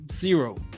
zero